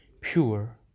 pure